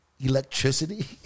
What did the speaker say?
electricity